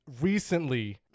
recently